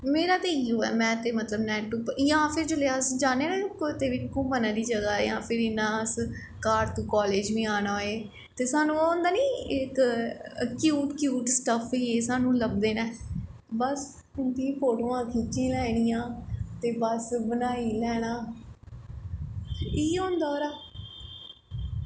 मेरा ते इ'यो ऐ में नैट उप्पर जां फिर जिसले अस जान्ने आं ना कुतै बी घूमन आह्ली जगह् जां फिर इ'यां अस घर तो कालेज़ बी आना होए सानूं ओह् होंदा नी इक क्यूट क्यूट स्टफ जेह् सानूं लभदे न बस उं'दी फोटोआं खिच्ची लैनियां ते बस बनाई लैना इ'यो होंदा ओह्दा